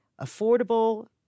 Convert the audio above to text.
affordable